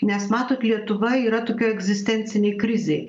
nes matot lietuva yra tokioj egzistencinėj krizėj